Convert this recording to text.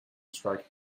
strike